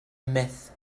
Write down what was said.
myth